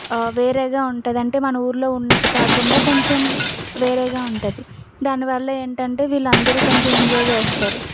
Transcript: వేరేగా ఉంటుంది అంటే మన ఊర్లో ఉన్నట్టు కాకుండా కొంచెం వేరేగా ఉంటుంది దాని వల్ల ఏంటంటే వీళ్ళందరూ కొంచెం ఎంజాయ్ చేస్తారు